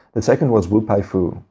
the second was wu pei-fu,